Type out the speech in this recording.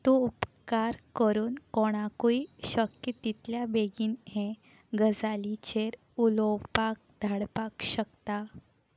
तूं उपकार करून कोणाकूय शक्य तितल्या बेगीन हे गजालीचेर उलोवपाक धाडपाक शकता